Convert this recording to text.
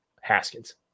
Haskins